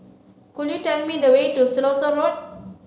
could you tell me the way to Siloso Road